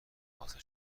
حاصل